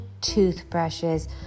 toothbrushes